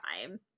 time